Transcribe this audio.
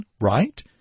right